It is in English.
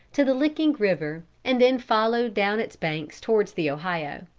to the licking river, and then followed down its banks towards the ohio.